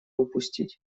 упустить